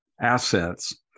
assets